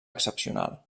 excepcional